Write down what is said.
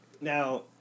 Now